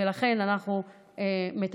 ולכן אנחנו מתגברים,